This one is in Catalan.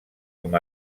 com